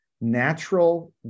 natural